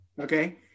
Okay